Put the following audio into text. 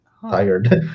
tired